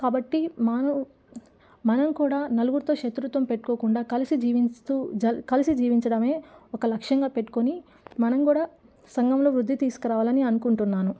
కాబట్టి మానవ్ మనం కూడా నలుగురితో శత్రుత్వం పెట్టుకోకుండా కలిసి జీవిస్తూ జల్ కలిసి జీవించడమే ఒక లక్ష్యంగా పెట్టుకొని మనం కూడా సంఘంలో వృద్ధి తీసుకురావాలని అనుకుంటున్నాను